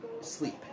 sleep